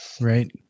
Right